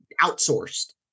outsourced